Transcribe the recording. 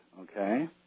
okay